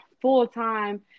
full-time